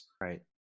Right